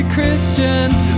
Christians